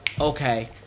okay